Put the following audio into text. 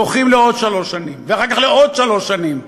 דוחים לעוד שלוש שנים, ואחר כך לעוד שלוש שנים.